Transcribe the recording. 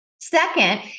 Second